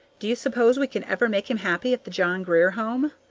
do you suppose we can ever make him happy at the john grier home?